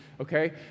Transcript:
okay